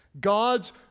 God's